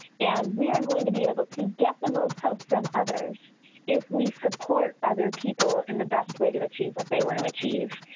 and we are going to be able to get the most help from others if we support other people in the best way to achieve what they want to achieve.